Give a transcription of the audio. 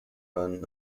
run